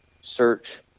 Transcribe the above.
search